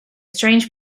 strange